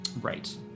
right